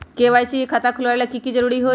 KYC के खाता खुलवा में की जरूरी होई?